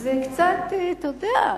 זה קצת, אתה יודע,